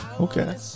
Okay